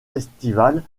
estivale